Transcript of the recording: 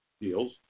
deals